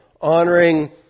honoring